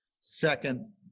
second